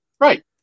Right